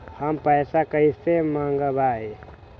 हम पैसा कईसे मंगवाई?